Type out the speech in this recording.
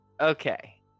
okay